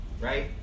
right